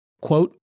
Quote